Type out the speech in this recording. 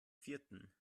vierten